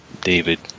David